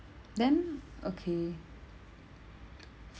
then okay